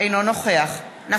אינו נוכח אורי אריאל,